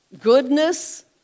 Goodness